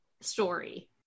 story